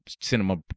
cinema